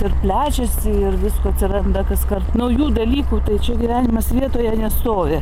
ir plečiasi ir visko atsiranda kaskart naujų dalykų tai čia gyvenimas vietoje nestovi